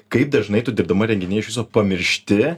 kaip dažnai tu dirbdama renginy iš viso pamiršti